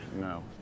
No